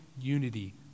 unity